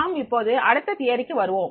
நாம் இப்போது அடுத்த கோட்பாட்டுக்கு வருவோம்